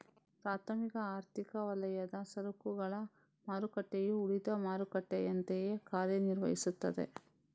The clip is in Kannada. ಪ್ರಾಥಮಿಕ ಆರ್ಥಿಕ ವಲಯದ ಸರಕುಗಳ ಮಾರುಕಟ್ಟೆಯು ಉಳಿದ ಮಾರುಕಟ್ಟೆಯಂತೆಯೇ ಕಾರ್ಯ ನಿರ್ವಹಿಸ್ತದೆ